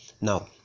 now